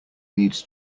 needs